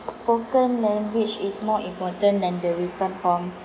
spoken language is more important than the written form